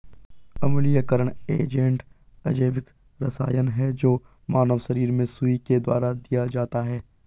अम्लीयकरण एजेंट अजैविक रसायन है जो मानव शरीर में सुई के द्वारा दिया जाता है